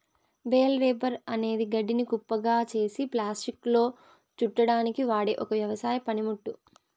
bale wrapper అనేది గడ్డిని కుప్పగా చేసి ప్లాస్టిక్లో చుట్టడానికి వాడె ఒక వ్యవసాయ పనిముట్టు